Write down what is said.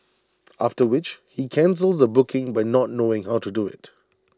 after which he cancels the booking by not knowing how to do IT